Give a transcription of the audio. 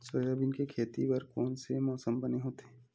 Soybean के खेती बर कोन से मौसम बने होथे?